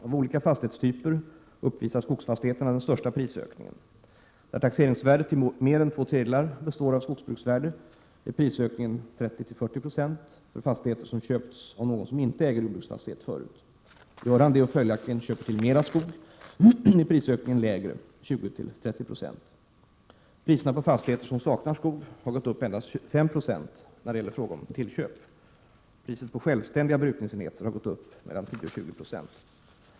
Av olika fastighetstyper uppvisar skogsfastigheterna den största prisökningen. Där taxeringsvärdet till mer än två tredjedelar består av skogsbruksvärde, är prisökningen 30-40 96 för fastigheter som köpts av någon som inte äger jordbruksfastighet förut. Gör han det och följaktligen köper till mera skog är prisökningen lägre, 20-30 26. Priserna på fastigheter som saknar skog har gått upp endast 5 Yo när det är fråga om tillköp. Priset på självständiga brukningsenheter har gått upp 10-20 96.